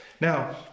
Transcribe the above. Now